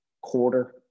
quarter